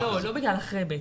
לא, זה לא בגלל אחרי כיתה ב'.